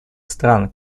стран